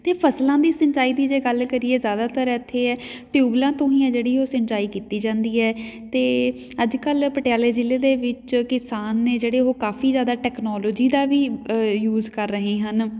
ਅਤੇ ਫਸਲਾਂ ਦੀ ਸਿੰਚਾਈ ਦੀ ਜੇ ਗੱਲ ਕਰੀਏ ਜ਼ਿਆਦਾਤਰ ਇੱਥੇ ਹੈ ਟਿਊਬਵੈੱਲਾਂ ਤੋਂ ਹੀ ਆ ਜਿਹੜੀ ਉਹ ਸਿੰਚਾਈ ਕੀਤੀ ਜਾਂਦੀ ਹੈ ਅਤੇ ਅੱਜ ਕੱਲ੍ਹ ਪਟਿਆਲੇ ਜਿਲ੍ਹੇ ਦੇ ਵਿੱਚ ਕਿਸਾਨ ਨੇ ਜਿਹੜੇ ਉਹ ਕਾਫ਼ੀ ਜ਼ਿਆਦਾ ਟੈਕਨੋਲੋਜੀ ਦਾ ਵੀ ਯੂਜ ਕਰ ਰਹੇ ਹਨ